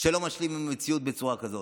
שלא משלימים עם המציאות בצורה כזאת.